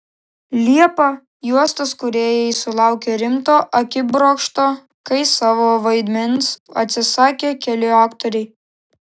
liepą juostos kūrėjai sulaukė rimto akibrokšto kai savo vaidmens atsisakė keli aktoriai